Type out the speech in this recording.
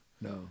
No